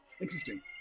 Interesting